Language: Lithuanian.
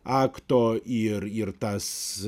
akto ir ir tas